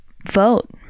vote